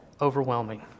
Overwhelming